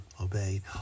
obeyed